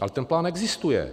Ale ten plán existuje.